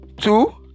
two